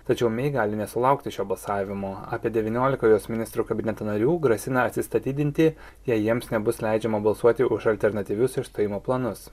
tačiau mei gali nesulaukti šio balsavimo apie devyniolika jos ministrų kabineto narių grasina atsistatydinti jei jiems nebus leidžiama balsuoti už alternatyvius išstojimo planus